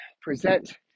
present